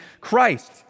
Christ